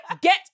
get